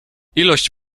ilość